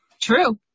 True